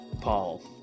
Paul